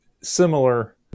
similar